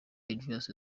elias